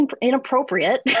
inappropriate